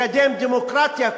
לקדם דמוקרטיה,